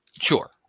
sure